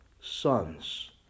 sons